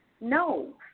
No